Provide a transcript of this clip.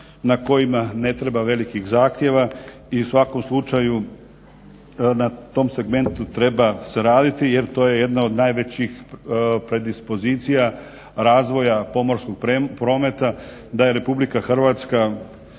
na kojima ne treba velikih zahtjeva i u svakom slučaju na tom segmentu se treba raditi jer to je jedna od najvećih predispozicija razvoja pomorskog prometa, da je RH zemlja